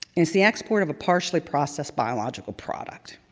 is the export of a partially processed biological product.